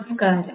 നമസ്കാരം